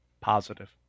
Positive